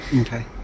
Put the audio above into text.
Okay